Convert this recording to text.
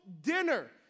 dinner